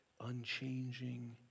unchanging